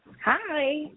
Hi